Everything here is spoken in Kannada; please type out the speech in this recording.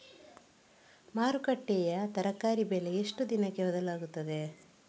ಮಾರುಕಟ್ಟೆಯ ತರಕಾರಿ ಬೆಲೆ ಎಷ್ಟು ದಿನಕ್ಕೆ ಬದಲಾಗುತ್ತದೆ?